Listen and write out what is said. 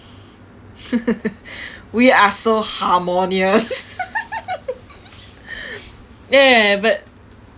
we are so harmonious ya ya ya but